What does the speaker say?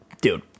dude